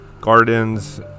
gardens